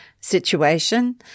situation